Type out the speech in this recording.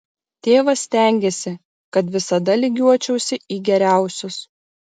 tėvas stengėsi kad visada lygiuočiausi į geriausius